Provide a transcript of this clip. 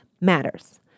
matters